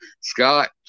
Scott